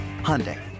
Hyundai